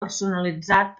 personalitzat